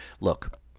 look